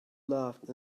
laughed